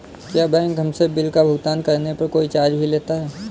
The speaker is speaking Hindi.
क्या बैंक हमसे बिल का भुगतान करने पर कोई चार्ज भी लेता है?